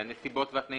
"נסיבות ותנאים